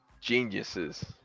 geniuses